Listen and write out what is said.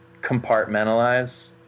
compartmentalize